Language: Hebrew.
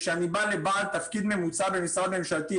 כשאני בא לבעל תפקיד ממוצע במשרד ממשלתי,